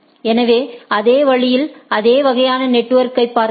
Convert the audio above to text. எனவே அதே வழியில்அதே வகை நெட்வொர்க்கைப் பார்த்தால்